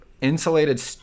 insulated